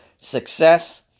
success